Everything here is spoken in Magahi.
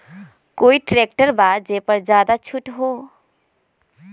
कोइ ट्रैक्टर बा जे पर ज्यादा छूट हो?